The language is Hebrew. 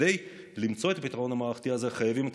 כדי למצוא את הפתרון המערכתי הזה חייבים את